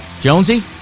Jonesy